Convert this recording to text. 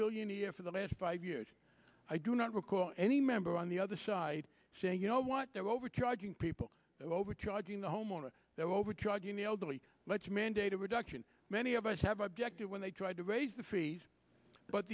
billion a year for the last five years i do not recall any member on the other side saying you know what they're overcharging people overcharging the homeowner they're overcharging the elderly let's mandate a reduction many of us have objected when they tried to raise the fees but